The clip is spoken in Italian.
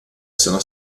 sono